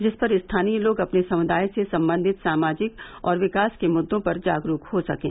जिस पर स्थानीय लोग अपने समुदाय से संबंधित सामाजिक और विकास के मुद्रो पर जागरूक हो सकें